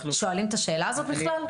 אתם שואלים את השאלה הזאת בכלל?